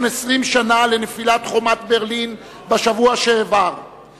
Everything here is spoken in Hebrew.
20 שנה לנפילת חומת ברלין בשבוע שעבר,